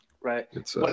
Right